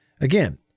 Again